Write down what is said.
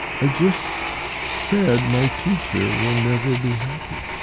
i just said my teacher will never be happy